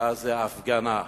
זאת הפגנה.